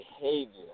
behavior